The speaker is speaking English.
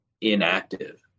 inactive